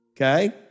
okay